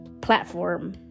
platform